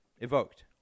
evoked